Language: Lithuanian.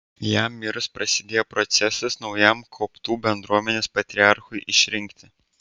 jam mirus prasidėjo procesas naujam koptų bendruomenės patriarchui išrinkti